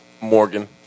Morgan